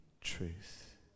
truth